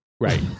Right